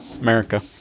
America